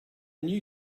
new